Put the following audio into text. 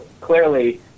clearly